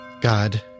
God